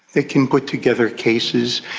they can put together cases.